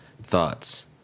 thoughts